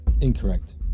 Incorrect